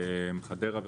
חדרה וחריש.